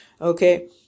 Okay